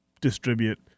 distribute